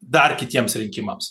dar kitiems rinkimams